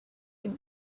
him